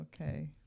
Okay